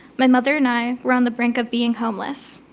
my mother and i were on the brink of being homeless.